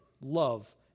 love